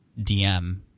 DM